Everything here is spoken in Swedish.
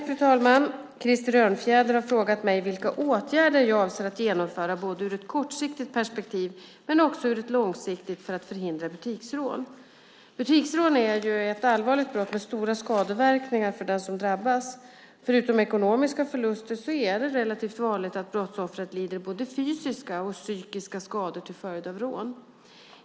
Fru talman! Krister Örnfjäder har frågat mig vilka åtgärder jag avser att genomföra, både ur ett kortsiktigt perspektiv och ur ett långsiktigt perspektiv, för att förhindra butiksrån. Butiksrån är ett allvarligt brott med stora skadeverkningar för dem som drabbas. Förutom ekonomiska förluster är det relativt vanligt att brottsoffret lider både fysiska och psykiska skador till följd av rån.